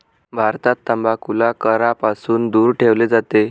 भारतात तंबाखूला करापासून दूर ठेवले जाते